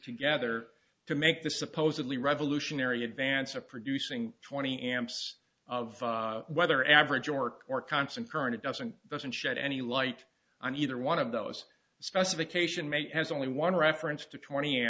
together to make the supposedly revolutionary advance of producing twenty amps of whether average or core constant current it doesn't doesn't shed any light on either one of those specification may has only one reference to twenty